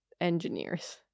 engineers